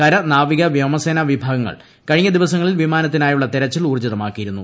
കര നാവിക വ്യോമസേന വിഭാഗങ്ങൾ കഴിഞ്ഞ ദിവസങ്ങളിൽ വിമാനത്തിനായുള്ള തെരച്ചിൽ ഊർജ്ജിതമാക്കിയിരുന്നു